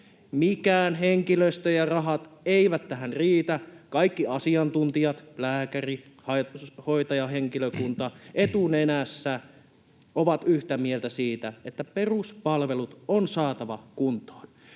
Mikään henkilöstö ja rahat eivät tähän riitä. Kaikki asiantuntijat, lääkärit, hoitajahenkilökunta etunenässä ovat yhtä mieltä siitä, että peruspalvelut on saatava kuntoon.